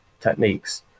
techniques